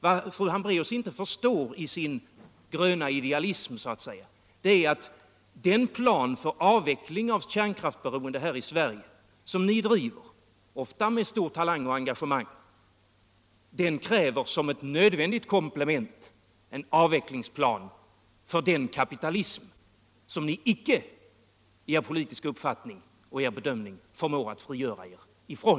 Vad fru Hambraeus i sin ”gröna idealism” inte förstår är att den plan för avveckling av kärnkraftsberoende här i Sverige som ni driver — ofta med stor talang och stort engagemang — som ett nödvändigt komplement kräver en avvecklingsplan för den kapitalism som ni icke i er politiska uppfattning och bedömning förmår frigöra er ifrån.